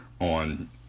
on